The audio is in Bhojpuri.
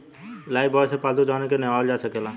लाइफब्वाय से पाल्तू जानवर के नेहावल जा सकेला